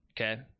okay